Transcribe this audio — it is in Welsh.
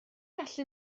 gallu